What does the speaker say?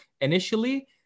initially